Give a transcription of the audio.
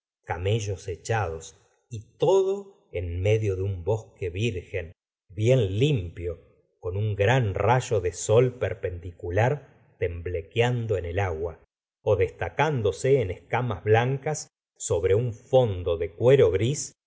camellos echados y todo en medio de un bosque virgen bien limpio con un gran rayo de sol perpendicular temblequeando en el agua destacándose en escamas blancas sobre un fondo de cuero gris